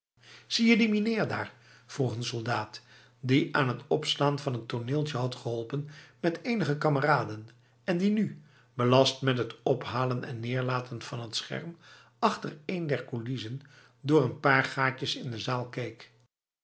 zie jij die meneer daar vroeg een soldaat die aan het opslaan van t toneeltje had geholpen met enige kameraden en die nu belast met het ophalen en neerlaten van het scherm achter een der coulissen door een paar gaatjes in de zaal